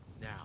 now